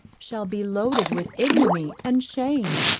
shall be loaded with ignominy and shame?